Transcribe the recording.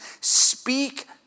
speak